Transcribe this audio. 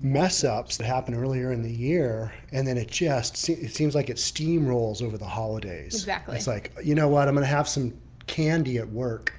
mass ups that happened earlier in the year and then it it seems like it steamrolls over the holidays. exactly. it's like, you know what? i'm going to have some candy at work.